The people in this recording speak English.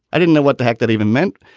i didn't know what the heck that even meant.